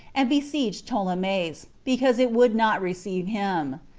and besieged ptolemais, because it would not receive him.